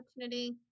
opportunity